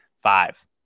Five